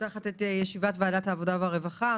פותחת את ישיבת ועדת העבודה והרווחה.